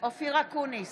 אופיר אקוניס,